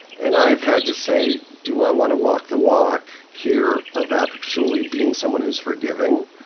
and i have had to say, do i wanna walk the walk, here, of actually being someone who is forgiving?